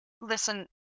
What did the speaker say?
listen